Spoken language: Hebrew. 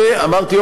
ואמרתי,